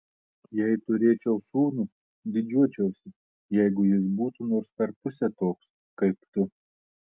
jei turėčiau sūnų didžiuočiausi jeigu jis būtų nors per pusę toks kaip tu